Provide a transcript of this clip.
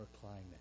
climate